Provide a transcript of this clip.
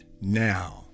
now